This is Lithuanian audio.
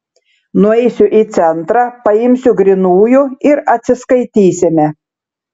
nueisiu į centrą paimsiu grynųjų ir atsiskaitysime